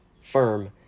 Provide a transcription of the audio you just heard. firm